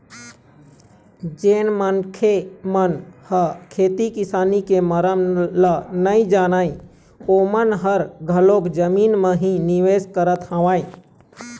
जेन मनखे मन ह खेती किसानी के मरम ल नइ जानय ओमन ह घलोक जमीन म ही निवेश करत हवय